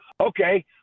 Okay